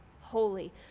holy